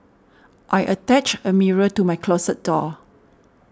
I attached a mirror to my closet door